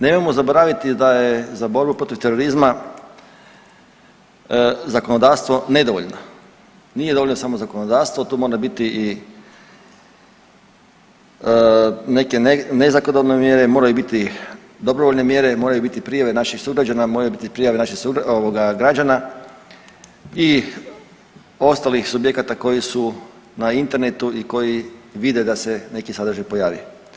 Nemojmo zaboraviti da je za borbu protiv terorizma zakonodavstvo nedovoljno, nije dovoljno samo zakonodavstvo, tu mora biti i neke ne zakonodavne mjere, moraju biti dobrovoljne mjere, moraju biti prijave naših sugrađana, moraju biti prijave naših građana i ostalih subjekata koji su na internetu i koji vide da se neki sadržaj pojavio.